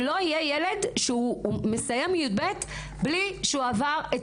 שלא יהיה ילד שהוא מסיים י"ב בלי שהוא עבר את